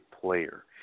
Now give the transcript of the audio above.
player